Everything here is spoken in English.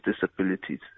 disabilities